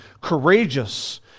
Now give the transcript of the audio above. courageous